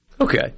Okay